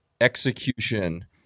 execution